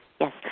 Yes